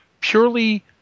purely